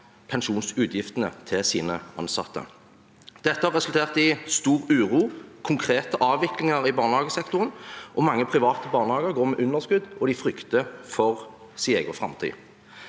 pensjonsutgiftene til sine ansatte. Dette resulterte i stor uro og konkrete avviklinger i barnehagesektoren. Mange private barnehager går med underskudd, og de frykter for sin egen framtid.